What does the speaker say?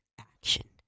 action